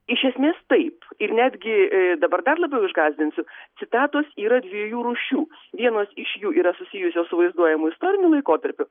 iš esmės taip ir netgi dabar dar labiau išgąsdinsiu citatos yra dviejų rūšių vienos iš jų yra susijusios su vaizduojamu istoriniu laikotarpiu